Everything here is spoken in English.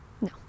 No